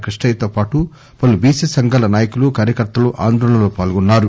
కృష్ణయ్య తో పాటు పలు బిసి సంఘాల నాయకులు కార్యకర్తలూ ఆందోళనలో పాల్గొన్నారు